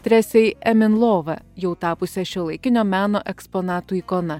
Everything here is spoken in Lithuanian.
tresei emin lovą jau tapusią šiuolaikinio meno eksponatų ikona